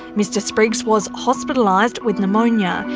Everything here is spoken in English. mr spriggs was hospitalised with pneumonia,